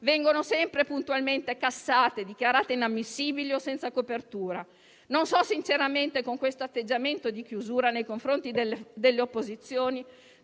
vengono sempre puntualmente cassate e dichiarate inammissibili o senza copertura. Non so sinceramente con questo atteggiamento di chiusura nei confronti delle opposizioni